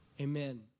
amen